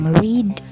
read